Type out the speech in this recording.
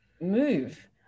move